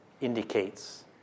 indicates